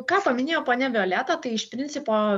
ką paminėjo ponia violeta tai iš principo